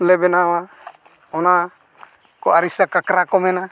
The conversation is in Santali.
ᱞᱮ ᱵᱮᱱᱟᱣᱟ ᱚᱱᱟ ᱟᱹᱨᱤ ᱥᱮ ᱠᱟᱠᱨᱟ ᱠᱚ ᱢᱮᱱᱟ